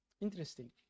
interesting